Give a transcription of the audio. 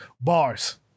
Bars